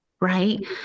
right